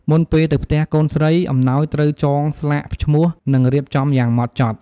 មុនពេលទៅផ្ទះកូនស្រី អំណោយត្រូវចងស្លាកឈ្មោះ និងរៀបចំយ៉ាងម៉ត់ចត់។